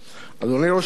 אדוני ראש הממשלה,